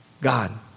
God